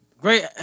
Great